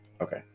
Okay